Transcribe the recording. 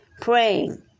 praying